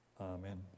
Amen